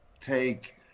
take